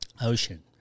Ocean